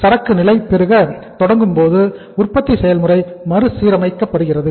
சரக்கு நிலை பெருக தொடங்கும் போது உற்பத்தி செயல்முறை மறுசீரமைக்க படுகிறது